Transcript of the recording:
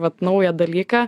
vat naują dalyką